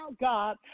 God